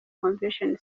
convention